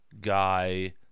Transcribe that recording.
Guy